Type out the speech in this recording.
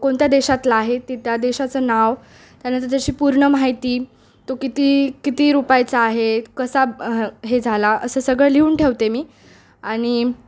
कोणत्या देशातला आहे ती त्या देशाचं नाव त्यानंतर त्याची पूर्ण माहिती तो किती किती रुपायचा आहे कसा हे झाला असं सगळं लिहून ठेवते मी आणि